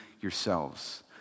yourselves